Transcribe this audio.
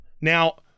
Now